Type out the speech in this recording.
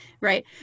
Right